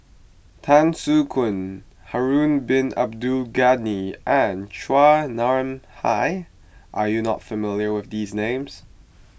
Tan Soo Khoon Harun Bin Abdul Ghani and Chua Nam Hai are you not familiar with these names